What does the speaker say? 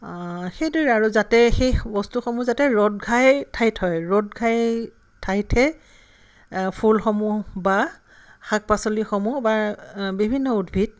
সেইদৰেই আৰু যাতে সেই বস্তুসমূহ যাতে ৰ'দ ঘাই ঠাইত হয় ৰ'দ ঘাই ঠাইতহে ফুলসমূহ বা শাক পাচলিসমূহ বা বিভিন্ন উদ্ভিদ